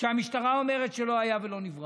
שהמשטרה אומרת שלא היה ולא נברא.